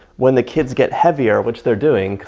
when the kids get heavier, which they're doing.